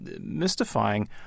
mystifying